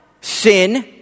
Sin